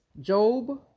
Job